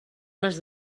les